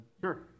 Sure